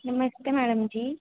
नमस्ते madam जी